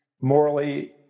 morally